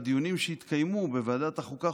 בדיונים שהתקיימו בוועדת החוקה,